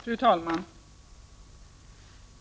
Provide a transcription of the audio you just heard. Fru talman!